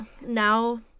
now